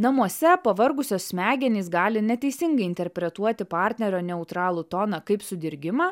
namuose pavargusios smegenys gali neteisingai interpretuoti partnerio neutralų toną kaip sudirgimą